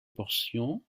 portion